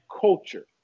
culture